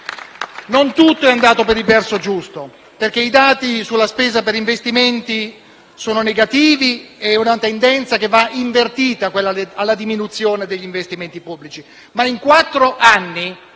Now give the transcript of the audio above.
Non tutto è andato per il verso giusto, perché i dati sulla spesa per investimenti sono negativi. È una tendenza che va invertita quella alla diminuzione degli investimenti pubblici.